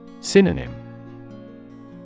Synonym